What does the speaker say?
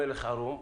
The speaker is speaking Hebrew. המלך ערום,